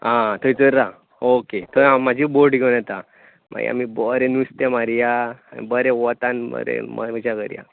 आं थंयसर राव ओके थंय हांव म्हाजी बोट घेवन येता मागीर आमी बरें नुस्तें मारया बरें वतान मरे मजा करया